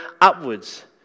upwards